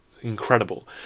incredible